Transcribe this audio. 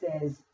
says